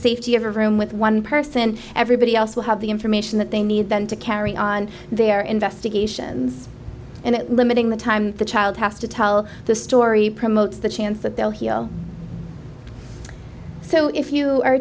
safety of a room with one person everybody else will have the information that they need then to carry on their investigations and limiting the time the child has to tell the story promotes the chance that they'll heal so if you are